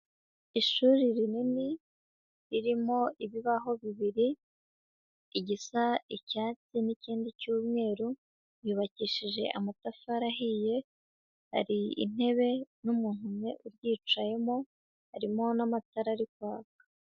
Ishuri rinini ririmo ibibaho bibiri, igisa icyatsi n'ikindi cyumweru. Yubakishije amatafari ahiye, hari intebe n'umuntu umwe uryicayemo, harimo n'amatara ari kwaka.